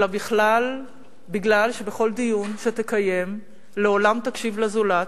אלא כי בכל דיון שתקיים, לעולם תקשיב לזולת,